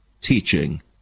teaching